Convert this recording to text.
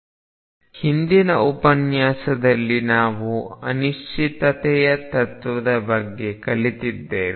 ಸಮಯ ಅವಲಂಬಿತ ಶ್ರೊಡಿಂಗರ್ ಸಮೀಕರಣ ಪ್ರೊಬ್ಯಾಬಿಲ್ಟಿ ಕರೆಂಟ್ ಡೆನ್ಸಿಟಿ ಮತ್ತು ಪ್ರೊಬ್ಯಾಬಿಲ್ಟಿಡೆನ್ಸಿಟಿಯ ನಿರಂತರತೆಯ ಸಮೀಕರಣ ಹಿಂದಿನ ಉಪನ್ಯಾಸದಲ್ಲಿ ನಾವು ಅನಿಶ್ಚಿತತೆಯ ತತ್ವದ ಬಗ್ಗೆ ಕಲಿತಿದ್ದೇವೆ